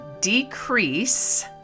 decrease